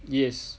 yes